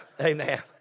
Amen